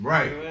Right